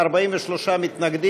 איציק שמולי,